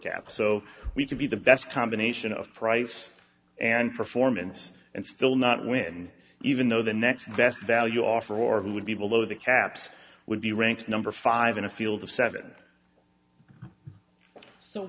at so we could be the best combination of price and performance and still not win even though the next best value offer or who would be below the caps would be ranked number five in a field of seven so